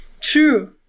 True